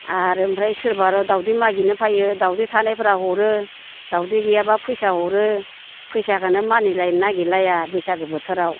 आरो ओमफ्राय सोरबार' दावदै मागिनो फैयो दावदै थानायफोरा हरो दावदै गैयाबा फैसा हरो फैसाखौनो मानिलायनो नागिरलाया बैसागो बोथोराव